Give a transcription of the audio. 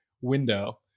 window